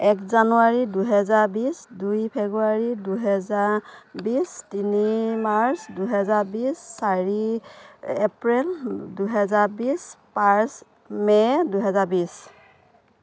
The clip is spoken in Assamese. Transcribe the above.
এক জানুৱাৰী দুহেজাৰ বিছ দুই ফেব্ৰুৱাৰী দুহেজাৰ বিছ তিনি মাৰ্চ দুহেজাৰ বিছ চাৰি এপ্ৰিল দুহেজাৰ বিছ পাঁচ মে' দুহেজাৰ বিছ